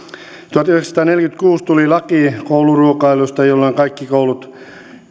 tuhatyhdeksänsataaneljäkymmentäkuusi tuli laki kouluruokailusta jolloin kaikki koulut